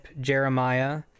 Jeremiah